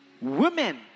Women